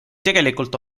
tegelikult